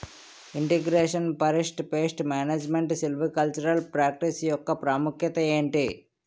integration forest pest management silvicultural practice యెక్క ప్రాముఖ్యత ఏంటి